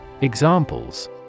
Examples